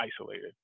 isolated